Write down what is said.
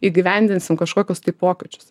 įgyvendinsim kažkokius tai pokyčius